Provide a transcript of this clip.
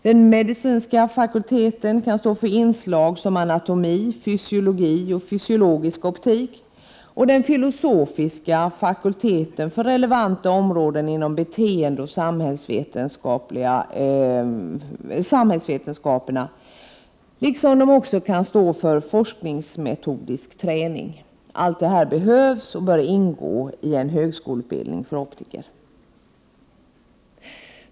Den medicinska fakulteten kan stå för inslag som anatomi, fysiologi och fysiologisk optik, och den filosofiska fakulteten för relevanta områden inom beteendeoch samhällsvetenskaper liksom forskningsmeto disk träning. Allt detta behövs och bör ingå i en högskoleutbildning för optiker.